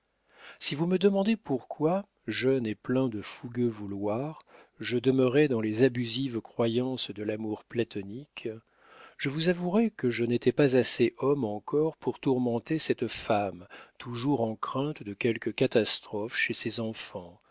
si vous me demandez pourquoi jeune et plein de fougueux vouloirs je demeurai dans les abusives croyances de l'amour platonique je vous avouerai que je n'étais pas assez homme encore pour tourmenter cette femme toujours en crainte de quelque catastrophe chez ses enfants